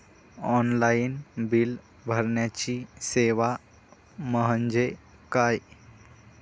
Online bill भरण्याची सेवा म्हणजे काय?